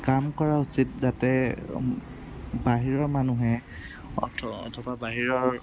কাম কৰা উচিত যাতে বাহিৰৰ মানুহে অথবা বাহিৰৰ